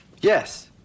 Yes